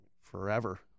forever